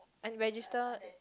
and register